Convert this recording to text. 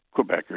Quebecers